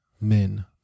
men